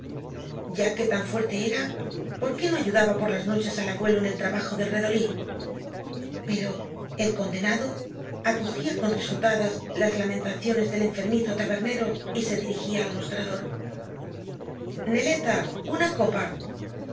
ya que tan fuerte era por qué no ayudaba por las noches a abuelo en el trabajo del redolí pero el condenado acogía con risotadas las lamentaciones del enfermizo tabernero y se dirigía al mostrador neleta una copa